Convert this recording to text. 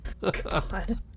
God